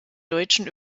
deutschen